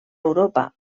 europa